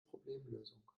problemlösung